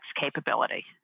capability